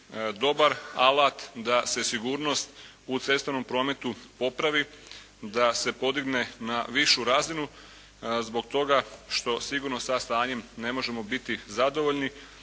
dobar alat da se sigurnost u cestovnom prometu popravi, da se podigne na višu razinu zbog toga što sigurno sa stanjem ne možemo biti zadovoljni